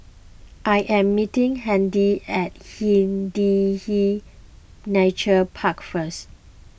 I am meeting Handy at Hindhede Nature Park first